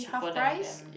cheaper than them